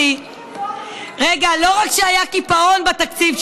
לא רק שהיה קיפאון בתקציב,